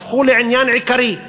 הפכו לעניין עיקרי.